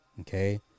okay